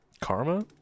Karma